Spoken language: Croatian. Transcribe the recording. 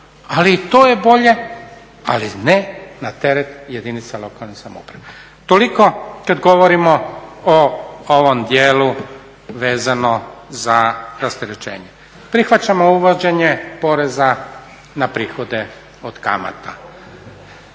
Ali i to je bolje, ali ne na teret jedinica lokalne samouprave. Toliko kad govorimo o ovom dijelu vezano za rasterećenje. Prihvaćamo uvođenje poreza na prihode od kamata.